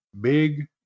big